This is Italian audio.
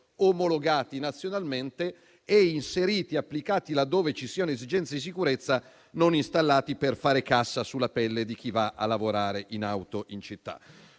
omologati nazionalmente e applicati laddove ci siano esigenze di sicurezza, non installati per fare cassa sulla pelle di chi va a lavorare in auto in città.